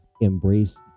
embrace